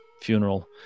funeral